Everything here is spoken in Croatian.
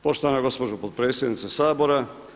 Poštovana gospođo potpredsjednice Sabora.